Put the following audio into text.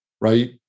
right